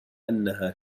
أنها